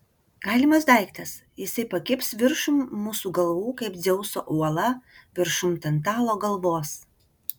galimas daiktas jisai pakibs viršum mūsų galvų kaip dzeuso uola viršum tantalo galvos